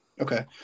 Okay